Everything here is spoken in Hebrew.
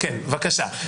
בבקשה.